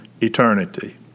eternity